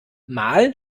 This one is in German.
mal